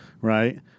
Right